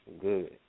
Good